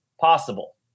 possible